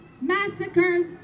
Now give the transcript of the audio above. massacres